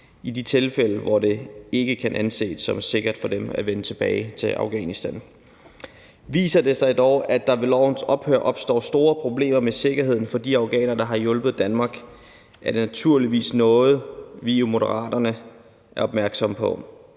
i de tilfælde, hvor det ikke kan anses som sikkert for dem at vende tilbage til Afghanistan. Viser det sig dog, at der ved lovens ophør opstår store problemer med sikkerheden for de afghanere, der har hjulpet Danmark, er det naturligvis noget, vi i Moderaterne vil være opmærksomme på,